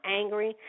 angry